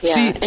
See